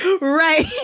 Right